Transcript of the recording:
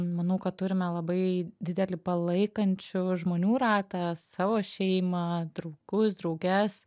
manau kad turime labai didelį palaikančių žmonių ratą savo šeimą draugus drauges